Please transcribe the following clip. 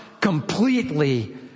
completely